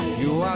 you